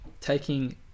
taking